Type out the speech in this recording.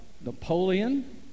Napoleon